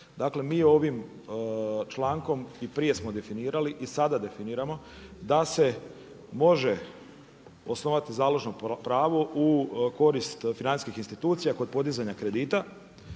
Dakle mi ovim člankom i prije smo definirali i sada definiramo, da se može osnovati založno pravo u korist financijskih institucija kod podizanja kredita.